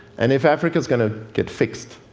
and if africa is going to get fixed,